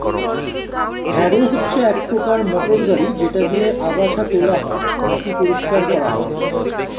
harrow হচ্ছে এক প্রকার মোটর গাড়ি যেটা দিয়ে আগাছা তোলা হয়, মাটি পরিষ্কার করা হয় ইত্যাদি